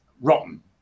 rotten